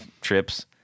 trips